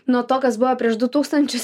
nuo to kas buvo prieš du tūkstančius